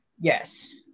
Yes